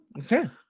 Okay